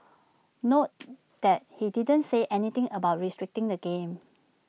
note that he didn't say anything about restricting the game